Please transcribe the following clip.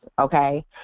okay